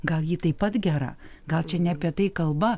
gal ji taip pat gera gal čia ne apie tai kalba